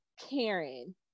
Karen